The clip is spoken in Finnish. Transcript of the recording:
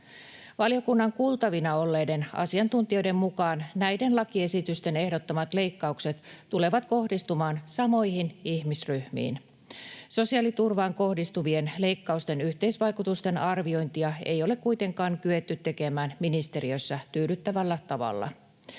Valiokunnan kuultavina olleiden asiantuntijoiden mukaan näiden lakiesitysten ehdottamat leikkaukset tulevat kohdistumaan samoihin ihmisryhmiin. Sosiaaliturvaan kohdistuvien leikkausten yhteisvaikutusten arviointia ei ole kuitenkaan kyetty tekemään ministeriössä tyydyttävällä tavalla.